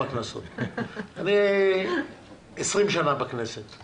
אני יותר מ-20 שנה בכנסת